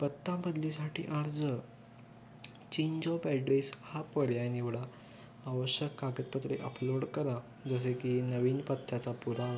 पत्ता बदलीसाठी अर्ज चेंज ऑप ॲड्रेस हा पर्याय निवडा आवश्यक कागदपत्रे अपलोड करा जसे की नवीन पत्त्याचा पुरावा